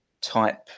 type